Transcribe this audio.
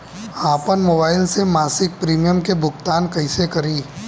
आपन मोबाइल से मसिक प्रिमियम के भुगतान कइसे करि?